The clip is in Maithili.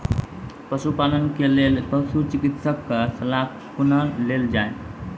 पशुपालन के लेल पशुचिकित्शक कऽ सलाह कुना लेल जाय?